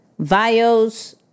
Vios